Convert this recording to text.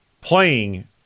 playing